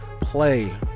play